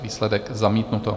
Výsledek: zamítnuto.